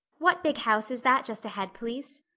what big house is that just ahead, please?